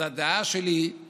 אז הדעה שלי היא